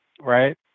right